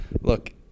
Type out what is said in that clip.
look